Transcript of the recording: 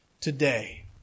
today